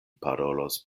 parolos